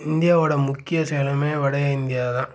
இந்தியாவோட முக்கிய செயலகம் வடஇந்தியா தான்